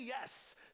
yes